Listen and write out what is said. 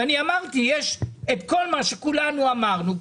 ואני אמרתי את כל מה שכולנו אמרנו,